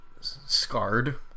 Scarred